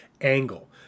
angle